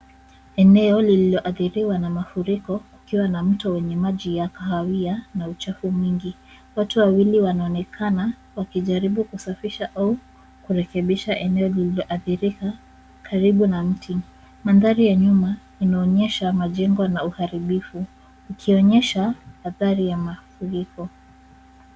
Eneo lililoathiriwa na mafuriko likila na mto wenye maji ya kahawia na uchafu mwingi. Watu wawili wanaonekana wakijaribu kusafisha au kurekebisha eneo lililoathirika karibu na mti. Mandhari ya nyuma inaonyesha majengo na uharibifu ukionyesha athari ya mafuriko.